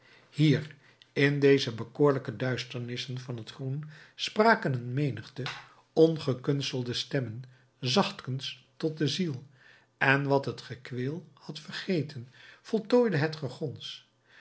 hier in deze bekoorlijke duisternissen van het groen spraken een menigte ongekunstelde stemmen zachtkens tot de ziel en wat het gekweel had vergeten voltooide het gegons